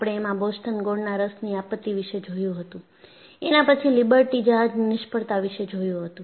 આપણે એમાં બોસ્ટન ગોળના રસની આપત્તિ વિશે જોયું હતું એના પછી લિબર્ટી જહાજની નિષ્ફળતા વિશે જોયું હતું